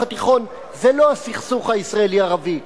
התיכון זה לא הסכסוך הישראלי ערבי,